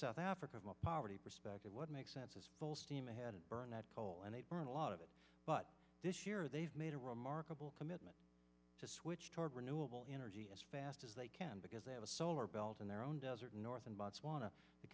south africa the poverty perspective what makes sense is full steam ahead and burn that coal and they burn a lot of it but this year they've made a remarkable commitment to switch toward renewable energy as fast as they can because they have a solar belt in their own desert north in bo